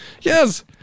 Yes